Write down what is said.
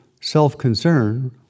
self-concern